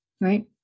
right